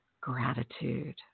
gratitude